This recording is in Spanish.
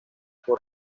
por